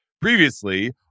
previously